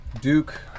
Duke